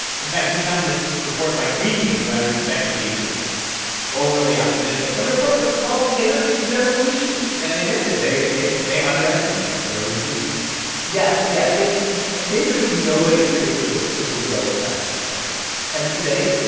in fact, you found this report by greenpeace, who i would expect to be sort of overly optimistic yeah, the report was called energy revolution. yeah, and they missed it. they they underestimated where we would be today yeah, yeah. it's basically nobody predicted it would grow as fast as it has. and today,